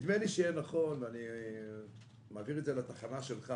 נדמה לי שיהיה נכון אני מעביר את זה לתחנה שלך